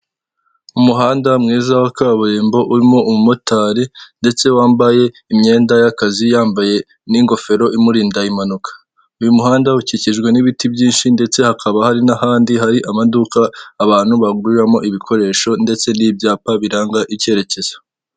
Umuhanda mwiza wa kaburimbo urimo umumotari ndetse wambaye imyenda y'akazi yambaye n'ingofero imurinda impanuka. Uyu muhanda ukikijwe n'ibiti byinshi ndetse hakaba hari n'ahandi hari amaduka abantu baguriramo ibikoresho ndetse n'ibyapa biranga icyerekezo.